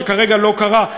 שכרגע לא קרה,